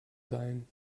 sein